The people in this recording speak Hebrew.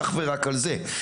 אך ורק על זה.